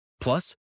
Plus